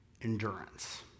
endurance